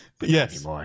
yes